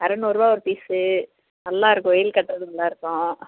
அறுநூறுவா ஒரு பீஸு நல்லா இருக்கும் வெயிலுக்கு கட்டுறதுக்கு நல்லா இருக்கும்